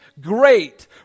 great